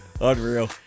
unreal